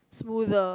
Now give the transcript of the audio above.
smoother